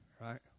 right